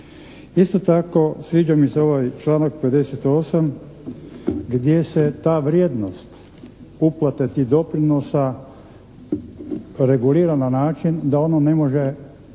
Isto tako sviđa mi se ovaj članak 58. gdje se ta vrijednost uplate tih doprinosa regulira na način da ono ne može,